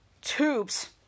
tubes